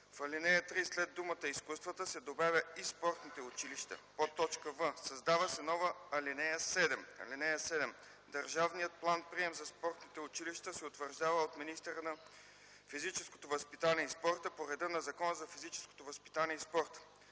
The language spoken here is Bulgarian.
в ал. 3 след думата „изкуствата” се добавя „и спортните училища”; в) създава се нова ал. 7: „(7) Държавният план-прием за спортните училища се утвърждава от министъра на физическото възпитание и спорта по реда на Закона за физическото възпитание и спорта.”